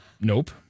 Nope